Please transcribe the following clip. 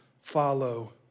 follow